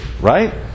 right